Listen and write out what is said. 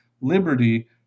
Liberty